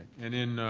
and then